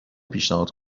پیشنهاد